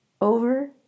over